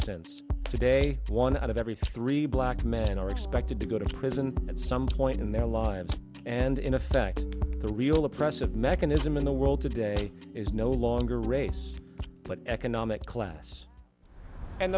since today one out of every three black men are expected to go to prison at some point in their lives and in effect the real oppressive mechanism in the world today is no longer race but economic class and